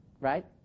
Right